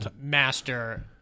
master